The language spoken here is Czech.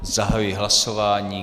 Zahajuji hlasování.